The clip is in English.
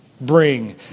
bring